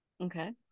Okay